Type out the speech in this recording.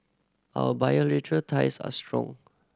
our bilateral ties are strong